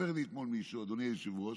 סיפר לי אתמול מישהו, אדוני היושב-ראש,